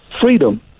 Freedom